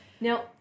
Now